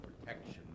protection